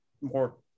more